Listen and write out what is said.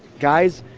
guys?